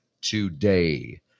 today